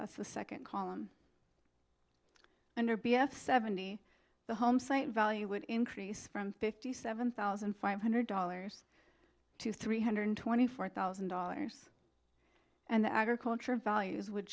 that's the second column under b f seventy the home site value would increase from fifty seven thousand five hundred dollars to three hundred twenty four thousand dollars and the agriculture values would